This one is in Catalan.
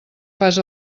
fas